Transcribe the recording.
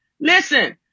listen